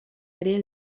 ere